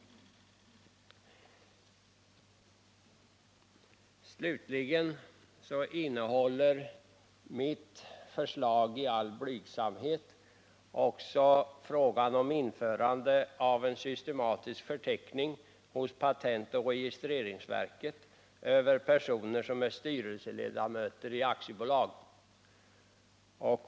Slutligen innehåller mitt förslag i all blygsamhet också frågan om införande av en systematisk förteckning hos patentoch registreringsverket över personer som är styrelseledamöter i aktiebolag.